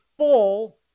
full